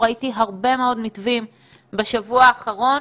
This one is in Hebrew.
ראיתי הרבה מאוד מתווים בשבוע האחרון,